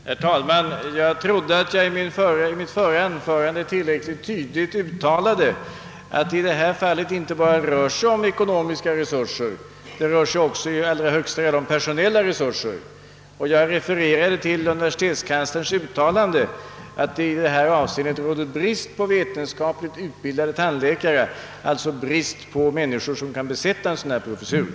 Herr talman! Jag trodde att jag i mitt förra anförande tillräckligt tydligt hade gjort klart att det i detta fall inte bara rör sig om ekonomiska resurser — det rör sig också i allra högsta grad om personella resurser. Jag refererade därvid till universitetskanslerns uttalande att det råder brist på vetenskapligt utbildade tandläkare, alltså brist på sådana personer som kan besätta en professur av detta slag.